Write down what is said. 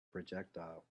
projectile